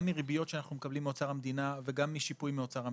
גם מריביות שאנחנו מקבלים מאוצר המדינה וגם משיפוי מאוצר המדינה.